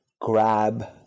grab